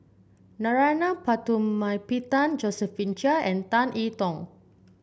Narana Putumaippittan Josephine Chia and Tan I Tong